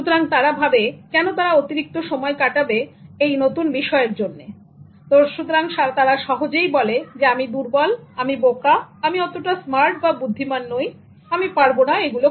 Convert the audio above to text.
সুতরাং তারা ভাবে কেন তারা অতিরিক্ত সময় কাটাবে এই বিষয়ের জন্যে সুতরাং তারা সহজেই বলে আমি দুর্বল আমি বোকা আমি অতটা স্মার্ট বা বুদ্ধিমান নই আমি পারবো না এগুলো